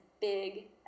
big